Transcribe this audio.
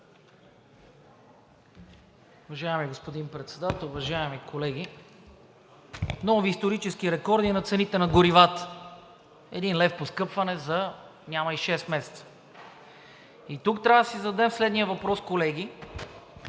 Уважаеми господин Председател, уважаеми колеги! Нови, исторически рекорди на цените на горивата – един лев поскъпване за няма и шест месеца. Тук трябва да си зададем следния въпрос, колеги: